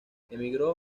emigró